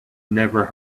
never